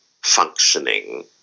functioning